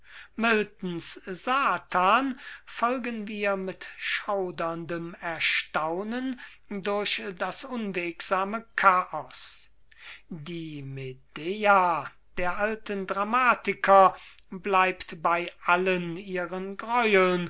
satan folgen wir mit schauderndem erstaunen durch das unwegsame chaos die medea der alten dramatiker bleibt bei all ihren greueln